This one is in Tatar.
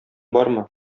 бармы